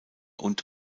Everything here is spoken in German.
und